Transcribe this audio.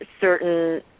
certain